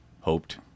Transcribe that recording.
hoped